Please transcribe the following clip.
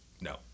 no